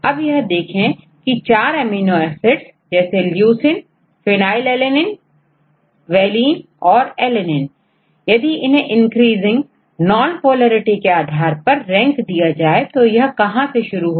अब यह देखें के4 एमिनो एसिड्स जैसे leucinephynylalanine औरvaline तथाalanine यदि इन्हें इंक्रीजिंग नॉन पोलैरिटी के आधार पर रैंक दिया जाए तो यह कहां से शुरू होगा